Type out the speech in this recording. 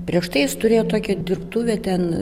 prieš tai jis turėjo tokią dirbtuvę ten